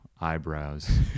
eyebrows